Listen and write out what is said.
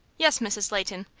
yes, mrs. leighton,